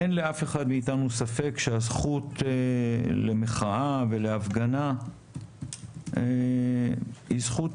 אין לאף אחד מאיתנו ספק שהזכות למחאה ולהפגנה היא זכות